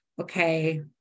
okay